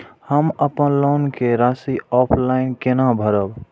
हम अपन लोन के राशि ऑफलाइन केना भरब?